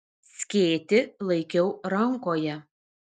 skėtį laikiau rankoje